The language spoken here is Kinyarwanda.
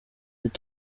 gihe